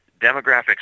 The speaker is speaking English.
Demographics